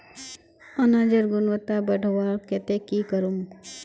अनाजेर गुणवत्ता बढ़वार केते की करूम?